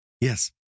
Yes